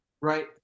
right